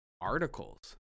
articles